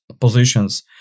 positions